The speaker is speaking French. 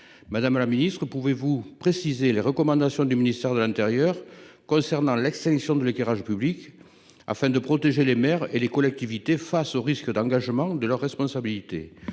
Madame la ministre, pouvez-vous préciser les recommandations du ministère de l'intérieur concernant l'extinction de l'éclairage public, afin de protéger les maires et les collectivités face au risque d'engagement de leur responsabilité ?